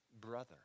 brother